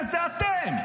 זה אתם.